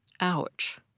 Ouch